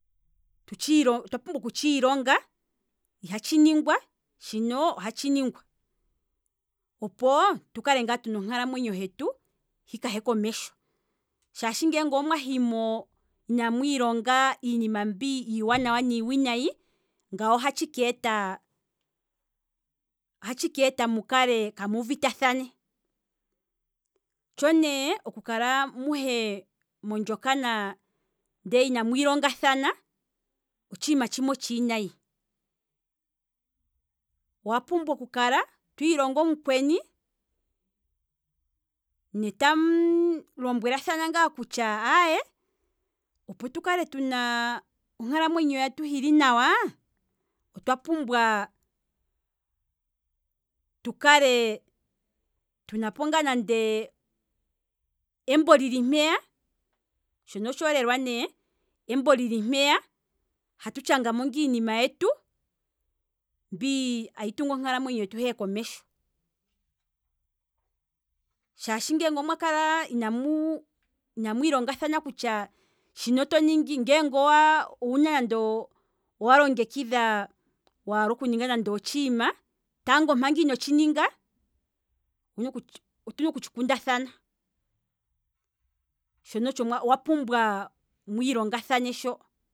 Tutshiilonge, otwa pumbwa oku tshiilonga ihatshi ningwa shino ohatshi ningwa, opo tu kale ngaa tuna onkalamwenyo hetu hi kahe komesho, shaashi ngoo mwahimo inamu ilonga iinima mbi iiwanawa niiwinayi, ngao ohatshi keeta. ohatshi keeta mukale kamuuvita thane, tsho nee otshiima tshimwe otshiinayi, owa pumbwa oku kala twiilongo m'mkweni ne tamu lombwelathana ngaa kutya aye opo tu kale tuna onkalamwenyo hetu hili nawa, otwa pumbwa tu kale tunapo ngaa nande embo lili mpeya shono otshoolelwa ne, embo lili mpeya hatu tshangamo ngaa iinima yetu, mbi ayi tungu onkalamwenyo hetu hee komesho, shaashi nge omwakala inamwiilongathana kutya, shino to ningi, ngeenge owa kala walongekidha waala nande otshiima, tango manga ino tshininga, otuna oku tshikundathana shono otsho mwapumbwa mwiilonga thane sho